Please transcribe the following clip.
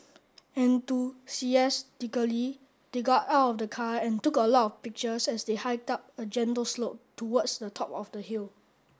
enthusiastically they got out of the car and took a lot of pictures as they hiked up a gentle slope towards the top of the hill